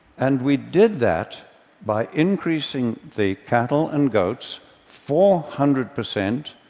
and we did that by increasing the cattle and goats four hundred percent,